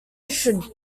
should